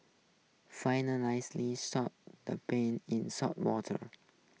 finalisly soak the peels in salted water